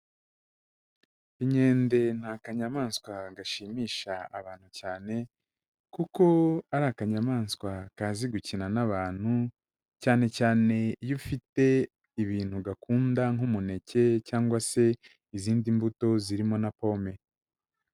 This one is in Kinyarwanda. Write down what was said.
Inkende ni akanyamaswa gashimisha abantu cyane, kuko ari akanyamaswa kazi gukina n'abantu cyane cyane iyo ufite ibintu gakunda nk'umuneke cyangwa se izindi mbuto zirimo na pome.